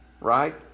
right